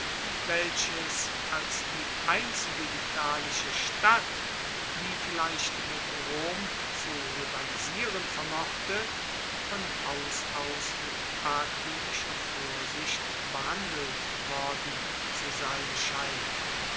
welches als die einzige italische stadt die vielleicht mit rom zu rivalisieren vermochte von haus aus mit argwoehnischer vorsicht behandelt worden zu sein scheint